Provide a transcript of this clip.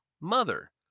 mother